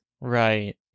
Right